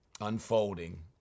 unfolding